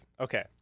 okay